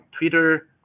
Twitter